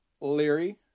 Leary